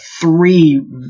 three